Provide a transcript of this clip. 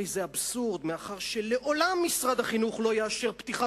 הרי זה אבסורד מאחר שלעולם משרד החינוך לא יאשר פתיחה